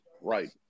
Right